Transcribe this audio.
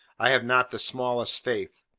i have not the smallest faith.